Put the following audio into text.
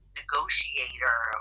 negotiator